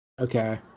okay